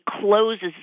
closes